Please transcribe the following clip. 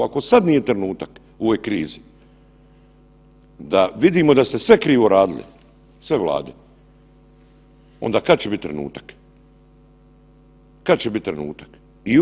Ako sad nije trenutak u ovoj krizi da vidimo da ste sve krivo radili, sve Vlade, onda kad će bit trenutak, kad će bit trenutak?